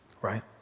right